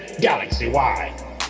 galaxy-wide